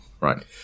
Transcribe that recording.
right